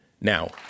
Now